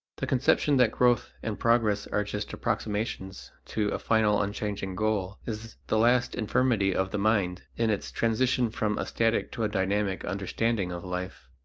the conception that growth and progress are just approximations to a final unchanging goal is the last infirmity of the mind in its transition from a static to a dynamic understanding of life.